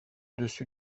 dessus